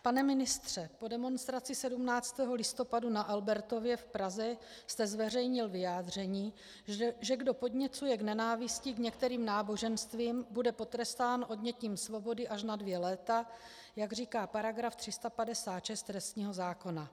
Pane ministře, po demonstraci 17. listopadu na Albertově v Praze jste zveřejnil vyjádření, že kdo podněcuje k nenávisti k některým náboženstvím, bude potrestán odnětím svobody až na dvě léta, jak říká § 356 trestního zákona.